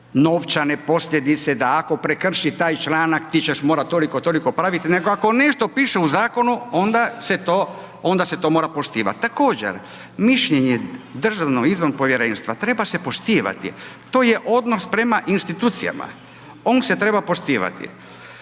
novčane posljedice da ako prekrši taj članak, ti ćeš morati toliko i toliko pravit, nego ako nešto piše u zakonu, onda se to, onda se to mora poštivat. Također mišljenje DIP-a treba se poštivati, to je odnos prema institucijama, on se treba poštivati.